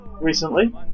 recently